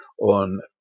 on